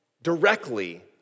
Directly